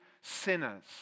sinners